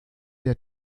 der